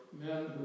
men